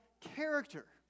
character